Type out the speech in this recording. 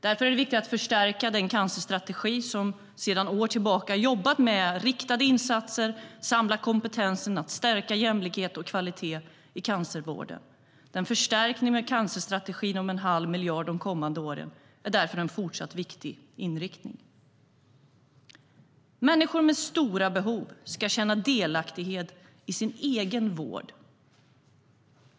Därför är det viktigt att förstärka den cancerstrategi som sedan år tillbaka jobbat med riktade insatser för att samla kompetensen och stärka jämlikheten och kvaliteten i cancervården. Förstärkningen av cancerstrategin med en halv miljard de kommande åren är därför en fortsatt viktig inriktning. Människor med stora behov ska känna delaktighet i sin egen vård.